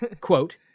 quote